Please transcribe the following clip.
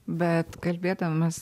bet kalbėdamas